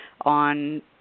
on